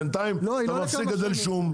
בינתיים אתה מפסיק לגדל שום,